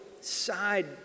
side